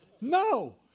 No